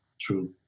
True